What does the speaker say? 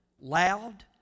loud